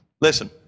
Listen